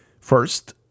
First